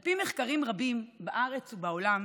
על פי מחקרים רבים בארץ ובעולם,